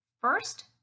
First